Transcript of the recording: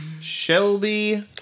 Shelby